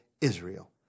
Israel